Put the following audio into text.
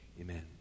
Amen